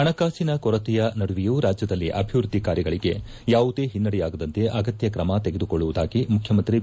ಹಣಕಾಸಿನ ಕೊರತೆಯ ನಡುವೆಯೂ ರಾಜ್ಯದಲ್ಲಿ ಅಭಿವೃದ್ಧಿ ಕಾರ್ಯಗಳಿಗೆ ಯಾವುದೇ ಹಿನ್ನಡೆಯಾಗದಂತೆ ಅಗತ್ಯ ಕ್ರಮ ತೆಗೆದುಕೊಳ್ಳುವುದಾಗಿ ಮುಖ್ಯಮಂತ್ರಿ ಬಿ